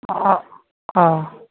অঁ অঁ